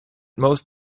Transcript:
most